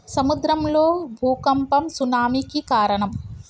సముద్రం లో భూఖంపం సునామి కి కారణం